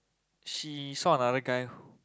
she saw another guy